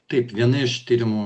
taip viena iš tyrimų